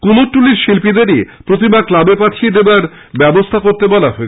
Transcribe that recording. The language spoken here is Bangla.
কুমোরটুলির শিল্পীদেরই প্রতিমা ক্লাবে পাঠিয়ে দেওয়ার ব্যবস্থা করতে বলা হয়েছে